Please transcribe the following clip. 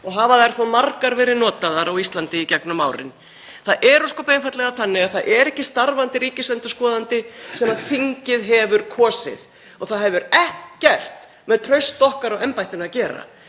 og hafa þær þó margar verið notaðar á Íslandi í gegnum árin. Það er ósköp einfaldlega þannig að það er ekki starfandi ríkisendurskoðandi sem þingið hefur kosið og það hefur ekkert með traust okkar á embættinu að gera.